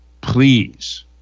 please